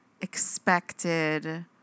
expected